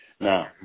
Now